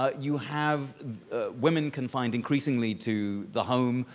ah you have women confined increasingly to the home.